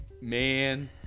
Man